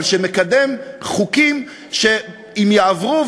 שמקדם חוקים שאם יעברו,